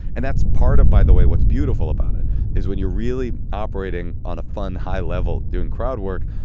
and that's part of by the way, what's beautiful about it is when you're really operating on a fun high level, doing crowd work,